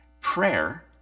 Prayer